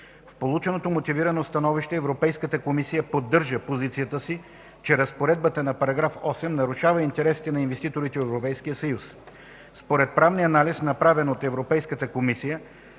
В полученото мотивирано становище Европейската комисия поддържа позицията си, че разпоредбата на § 8 нарушава интересите на инвеститорите от Европейския съюз. Според правния анализ, направен от Европейската комисия,